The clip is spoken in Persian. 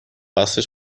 اصلش